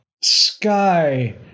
Sky